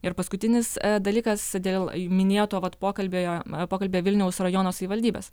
ir paskutinis dalykas dėl minėto vat pokalbyje pokalbyje vilniaus rajono savivaldybės